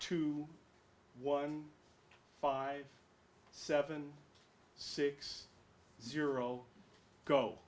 two one five seven six zero go